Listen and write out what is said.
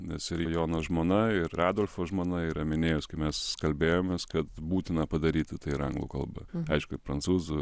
nes ir jono žmona ir adolfo žmona yra minėjus kad mes kalbėjomės kad būtina padaryti tai ir anglų kalba aišku ir prancūzų